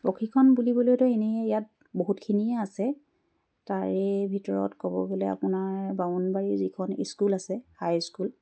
প্ৰশিক্ষণ বুলিবলৈতো এনেই ইয়াত বহুতখিনিয়ে আছে তাৰে ভিতৰত ক'ব গ'লে আপোনাৰ বামুনবাৰী যিখন স্কুল আছে হাইস্কুল